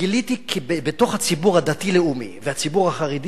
גיליתי כי בתוך הציבור הדתי-לאומי והציבור החרדי,